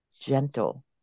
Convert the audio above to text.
gentle